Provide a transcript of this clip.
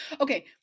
Okay